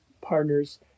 partners